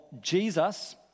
Jesus